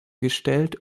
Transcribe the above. gestellt